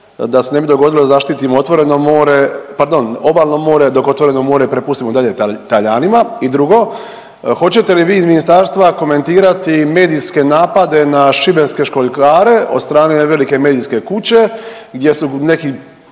da se ne bi dogodilo da zaštitimo otvoreno more, pardon obalno more dok otvoreno more prepustimo i dalje Talijanima. I drugo, hoćete li vi iz ministarstva komentirati medijske napade na šibenske školjkare od strane jedne velike medijske kuće gdje su neki